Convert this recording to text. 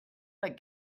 but